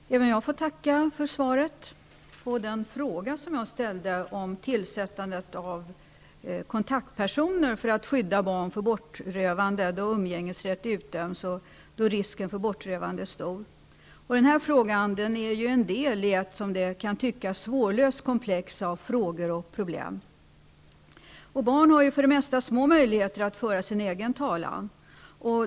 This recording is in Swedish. Fru talman! Även jag tackar för svaret på den fråga som jag ställt om tillsättandet av kontaktpersoner för att skydda barn från bortrövande i de fall umgängesrätt utdömts och risken för bortrövande är stor. Den frågan är en del i det som kan tyckas vara ett svårlöst komplex av frågor och problem. Barn har för det mesta små möjligheter att föra sin egen talan.